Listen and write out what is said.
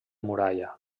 muralla